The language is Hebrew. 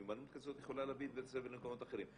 מיומנות כזאת יכולה להביא את בית הספר למקומות אחרים.